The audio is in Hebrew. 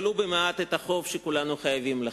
ולו במעט, את החוב שכולנו חבים לכם.